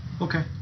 Okay